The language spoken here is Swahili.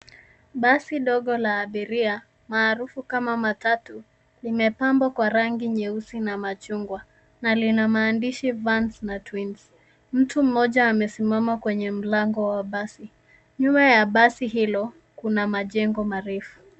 Basi ndogo la abiri, maarufu kama matatu limepambwa kwa rangi nyeusi na machungwa na lina maandishi vans na twins . Mtu mmoja amesimama kwenye mlango wa basi. Nyuma ya basi hilo kuna majengo marefu.